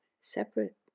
separate